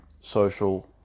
social